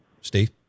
Steve